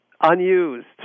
unused